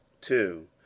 two